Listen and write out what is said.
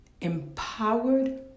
Empowered